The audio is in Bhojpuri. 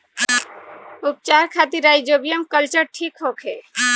उपचार खातिर राइजोबियम कल्चर ठीक होखे?